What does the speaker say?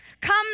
come